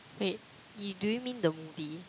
wait you do you mean the movie